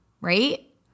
Right